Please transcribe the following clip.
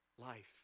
life